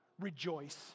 rejoice